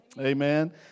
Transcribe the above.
Amen